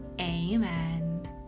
amen